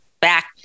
back